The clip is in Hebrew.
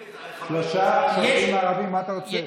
שלושה שופטים ערבים, מה אתה רוצה?